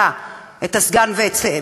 והוא הבטיח לטפל בנושא הזה,